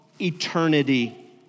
eternity